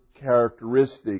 characteristic